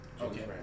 Okay